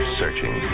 searching